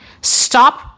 Stop